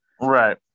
Right